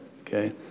okay